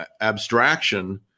abstraction